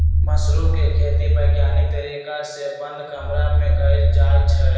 mushroom के खेती वैज्ञानिक तरीका से बंद कमरा में कएल जाई छई